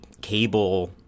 cable